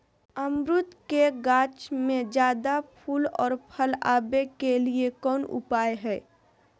अमरूद के गाछ में ज्यादा फुल और फल आबे के लिए कौन उपाय है?